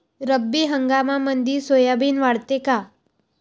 रब्बी हंगामामंदी सोयाबीन वाढते काय?